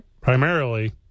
Primarily